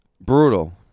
Brutal